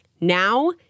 Now